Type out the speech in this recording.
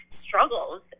Struggles